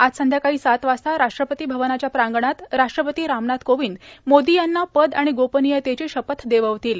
आज संध्याकाळी सात वाजता राष्ट्रपती भवनाच्या प्रांगणात राष्ट्रपती रामनाथ कोविंद मोदी यांना पद आणि गोपनीयतेची शपथ देववतील